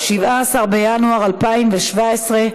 17 בינואר 2017,